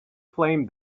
flame